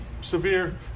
severe